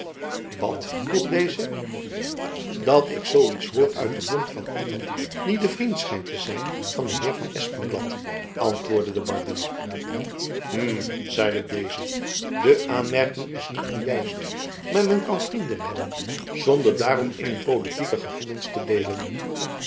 wat vroeg deze dat ik zoo iets hoor uit den mond van iemand die de vriend schijnt te zijn van den heer van espenblad antwoordde de barbier hm zeide deze de aanmerking is niet onjuist maar men kan vrienden hebben zonder daarom in hun politieke gevoelens te deelen